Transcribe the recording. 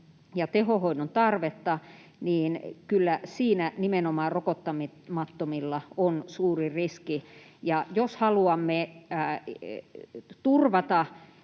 ja tehohoidon tarvetta, niin kyllä siinä nimenomaan rokottamattomilla on suuri riski, ja jos haluamme turvata